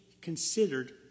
considered